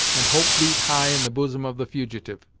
and hope beat high in the bosom of the fugitive.